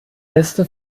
beste